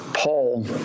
Paul